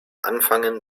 anfangen